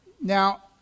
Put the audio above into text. now